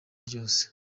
ryose